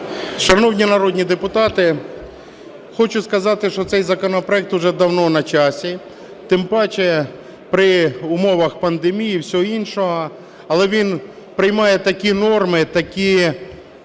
Шановні народні депутати, хочу сказати, що цей законопроект уже давно на часі, тим паче при умовах пандемії і всього іншого. Але він приймає такі норми, такі